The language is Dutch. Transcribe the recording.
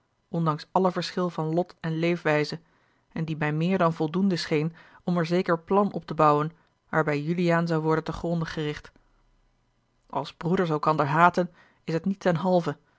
ondanks alle verschil van lot en leefwijze en die mij meer dan voldoende scheen om er zeker plan op te bouwen waarbij juliaan zou worden te gronde gericht als broeders elkander haten is het niet ten halve